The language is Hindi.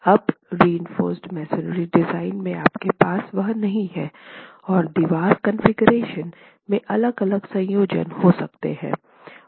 अब रिइंफोर्सड मसोनरी डिज़ाइन में आपके पास वह नहीं है और दीवार कॉन्फ़िगरेशन में अलग अलग संयोजन हो सकते हैं